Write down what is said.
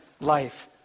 life